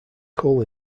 coal